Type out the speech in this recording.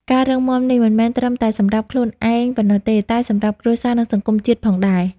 ការរឹងមាំនេះ មិនមែនត្រឹមតែសម្រាប់ខ្លួនឯងប៉ុណ្ណោះទេ តែសម្រាប់គ្រួសារ និងសង្គមជាតិផងដែរ។